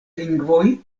lingvoj